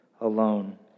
alone